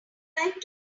like